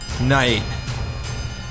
night